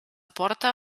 porta